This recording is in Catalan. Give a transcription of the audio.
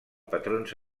patrons